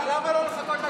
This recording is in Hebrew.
למה לא לחכות להקמת הממשלה?